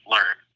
Learn